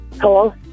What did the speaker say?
Hello